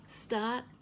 Start